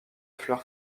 fleur